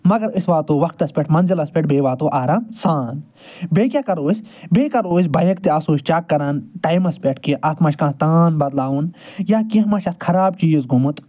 مگر أسۍ واتو وَقتس پٮ۪ٹھ منٛزِلَس پٮ۪ٹھ بیٚیہِ واتو آرام سان بیٚیہِ کیٛاہ کرو أسۍ بیٚیہِ کرو أسۍ بایک تہِ آسو أسۍ چَک کران ٹایِمس پٮ۪ٹھ کہِ اَتھ مَہ چھِ کانٛہہ تان بدلاوُن یا کیٚنٛہہ مَہ چھِ اَتھ خراب چیٖز گوٚمُت